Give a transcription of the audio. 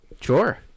Sure